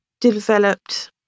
developed